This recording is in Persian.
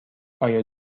آیا